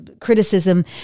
criticism